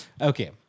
Okay